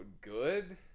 good